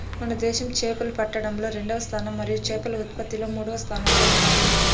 మన దేశం చేపలు పట్టడంలో రెండవ స్థానం మరియు చేపల ఉత్పత్తిలో మూడవ స్థానంలో ఉన్నాది